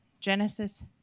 Genesis